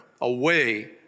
away